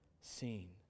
seen